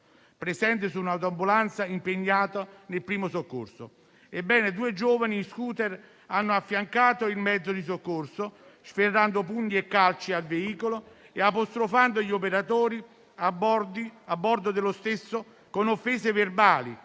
presente su un'autoambulanza impegnata nel primo soccorso. Ebbene, due giovani in *scooter* hanno affiancato il mezzo di soccorso, sferrando pugni e calci al veicolo, apostrofando gli operatori a bordo dello stesso con offese verbali,